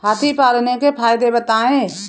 हाथी पालने के फायदे बताए?